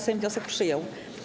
Sejm wniosek przyjął.